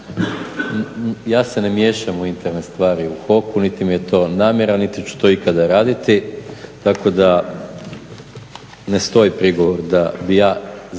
Ja se ne miješam u interne stvari u HOK-u, niti mi je to namjera, niti ću to ikada raditi tako da ne stoji prigovor da bih ja zbog